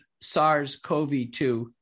SARS-CoV-2